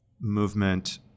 movement